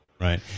right